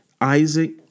Isaac